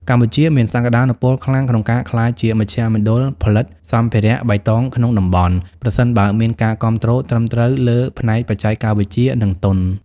កម្ពុជាមានសក្ដានុពលខ្លាំងក្នុងការក្លាយជាមជ្ឈមណ្ឌលផលិតសម្ភារៈបៃតងក្នុងតំបន់ ប្រសិនបើមានការគាំទ្រត្រឹមត្រូវលើផ្នែកបច្ចេកវិទ្យា និងទុន។